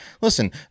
listen